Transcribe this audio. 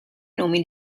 nomi